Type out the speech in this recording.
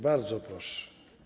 Bardzo proszę.